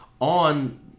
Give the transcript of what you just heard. on